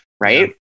right